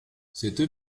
cette